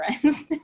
friends